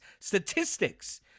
statistics